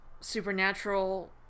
supernatural